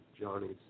Johnny's